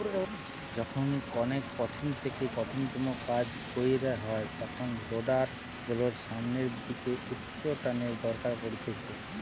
যখন অনেক কঠিন থেকে কঠিনতম কাজ কইরা হয় তখন রোডার গুলোর সামনের দিকে উচ্চটানের দরকার পড়তিছে